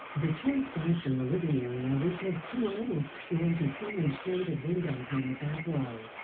the tour starts in the living area which has two almost floor-to-ceiling shaded windows on the back wall.